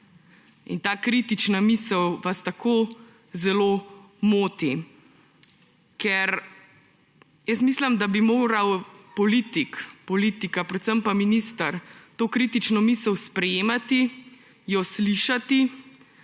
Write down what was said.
Ta kritična misel vas tako zelo moti. Jaz mislim, da bi moral politik, politika, predvsem pa minister to kritično misel sprejemati, jo slišati,